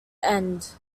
end